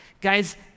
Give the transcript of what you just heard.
Guys